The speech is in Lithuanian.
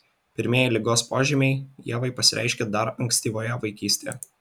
pirmieji ligos požymiai ievai pasireiškė dar ankstyvoje vaikystėje